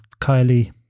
Kylie